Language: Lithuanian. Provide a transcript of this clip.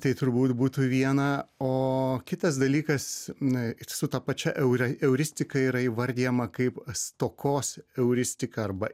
tai turbūt būtų viena o kitas dalykas na ir su ta pačia euristika yra įvardijama kaip stokos euristika arba